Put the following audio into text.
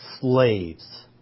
slaves